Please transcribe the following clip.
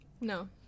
No